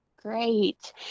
Great